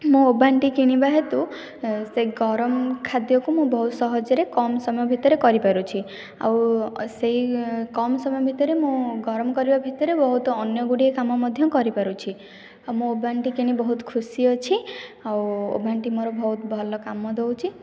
ମୁଁ ଓଭାନଟି କିଣିବା ହେତୁ ସେଇ ଗରମ ଖାଦ୍ୟକୁ ମୁଁ ବହୁତ ସହଜରେ କମ ସମୟ ଭିତରେ କରିପାରୁଛି ଆଉ ସେଇ କମ ସମୟ ଭିତରେ ମୁଁ ଗରମ କରିବା ଭିତରେ ବହୁତ ଅନ୍ୟଗୁଡ଼ିଏ କାମ ମଧ୍ୟ କରିପାରୁଛି ଆଉ ମୁଁ ଓଭାନଟି କିଣି ବହୁତ ଖୁସି ଅଛି ଆଉ ଓଭାନଟି ମୋର ବହୁତ ଭଲ କାମ ଦେଉଛି